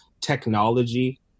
technology